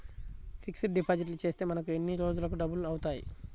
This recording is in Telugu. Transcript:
ఫిక్సడ్ డిపాజిట్ చేస్తే మనకు ఎన్ని రోజులకు డబల్ అవుతాయి?